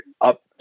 up